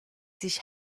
sich